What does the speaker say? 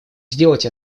сделать